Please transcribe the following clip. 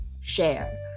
share